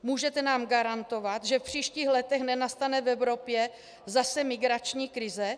Můžete nám garantovat, že v příštích letech nenastane v Evropě zase migrační krize?